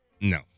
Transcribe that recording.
No